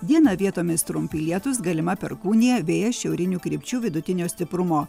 dieną vietomis trumpi lietūs galima perkūnija vėjas šiaurinių krypčių vidutinio stiprumo